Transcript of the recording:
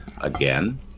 again